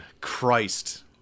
Christ